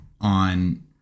on